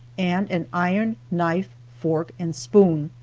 and an iron knife, fork and spoon.